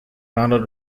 ronald